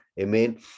amen